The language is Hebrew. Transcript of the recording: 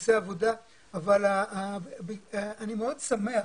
שעושה עבודה אבל אני מאוד שמח,